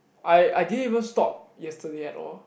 I I didn't even stop yesterday at all